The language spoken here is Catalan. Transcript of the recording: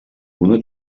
una